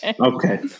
Okay